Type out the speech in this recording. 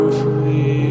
free